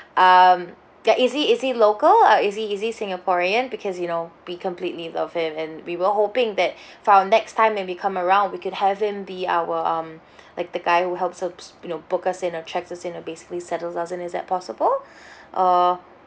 um ya is he is he local uh is he is he singaporean because you know we completely love him and we were hoping that for our next time when we come around we could have him be our um like the guy who helps helps you know book us in or checks us in or basically settles us in is that possible uh